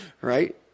right